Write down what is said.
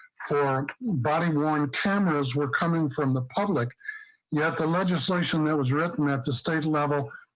her body worn cameras were coming from the public yet the legislation that was written at the state level.